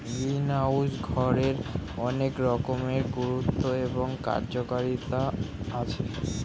greenhouse ঘরের অনেক রকমের গুরুত্ব এবং কার্যকারিতা আছে